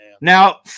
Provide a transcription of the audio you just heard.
Now